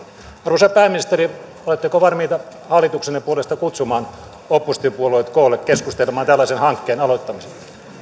arvoisa pääministeri oletteko valmiita hallituksenne puolesta kutsumaan oppositiopuolueet koolle keskustelemaan tällaisen hankkeen aloittamisesta